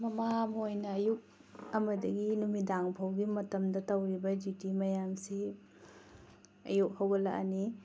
ꯃꯃꯥ ꯑꯃ ꯑꯣꯏꯅ ꯑꯌꯨꯛ ꯑꯃꯗꯤ ꯅꯨꯃꯤꯗꯥꯡꯐꯥꯎꯒꯤ ꯃꯇꯝꯗ ꯇꯧꯔꯤꯕ ꯖꯤꯇꯤ ꯃꯌꯥꯝꯁꯤ ꯑꯌꯨꯛ ꯍꯧꯒꯠꯂꯛꯑꯅꯤ